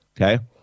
Okay